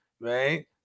right